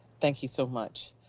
thank you so much.